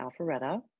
Alpharetta